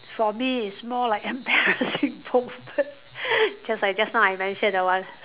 for me is more like embarassing moment just like just now I mention that one